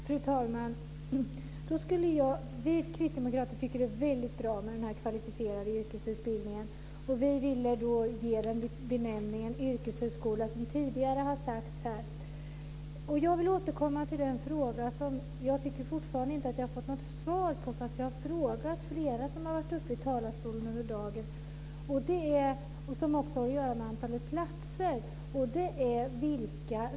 Fru talman! Vi kristdemokrater tycker att det är väldigt bra med den kvalificerade yrkesutbildningen. Vi vill ge den benämningen yrkeshögskola, som tidigare har sagts här. Jag vill återkomma till den fråga jag tycker fortfarande att jag inte har fått något svar på, fastän jag har frågat flera som har varit uppe i talarstolen under dagen. Den gäller antalet platser.